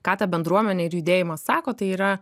ką ta bendruomenė ir judėjimas sako tai yra